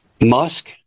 Musk